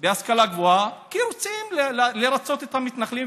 בהשכלה גבוהה, כי רוצים לרצות את המתנחלים.